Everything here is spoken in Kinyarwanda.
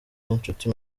inshuti